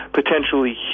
potentially